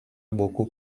beaucoup